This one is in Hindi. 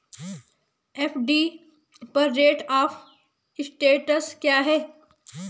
एफ.डी पर रेट ऑफ़ इंट्रेस्ट क्या है?